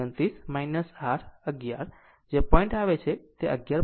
29 r 11 point જે આવે તે 11